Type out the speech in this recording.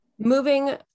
Moving